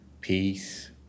peace